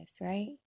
right